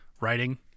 writing